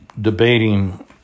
debating